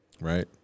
Right